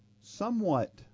somewhat